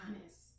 honest